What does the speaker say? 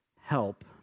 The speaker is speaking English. Help